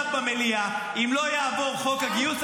----- אומרת עכשיו במליאה: אם לא יעבור חוק הגיוס,